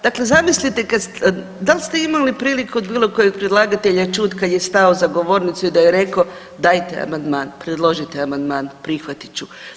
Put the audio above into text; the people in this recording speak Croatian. Dakle, zamislite kad ste, da li ste imali priliku od bilo kojeg predlagatelja čuti kad je stao za govornicu i da je rekao dajte amandman, predložite amandman, prihvatit ću.